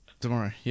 tomorrow